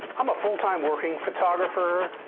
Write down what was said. i'm a full-time working photographer,